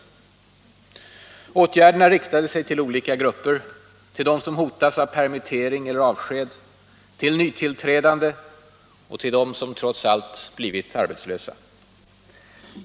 Åtgärderna riktade sig till olika grupper: till dem som hotas av permittering eller avsked, till nytillträdande och till dem som trots allt blivit arbetslösa.